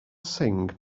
sing